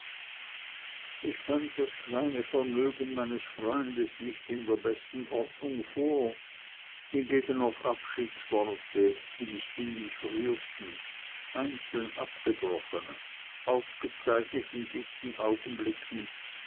ich fand das kleine vermögen meines freundes nicht in der besten ordnung vor hingegen noch abschiedsworte die mich innig rührten einzeln abgebrochene aufgezeichnet in lichten augenblicken